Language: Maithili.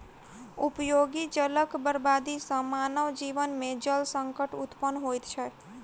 उपयोगी जलक बर्बादी सॅ मानव जीवन मे जल संकट उत्पन्न होइत छै